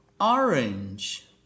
orange